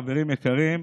חברים יקרים.